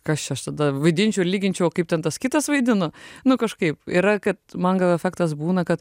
kas čia aš tada vaidinčiau ir lyginčiau o kaip ten tas kitas vaidina nu kažkaip yra kad man gal efektas būna kad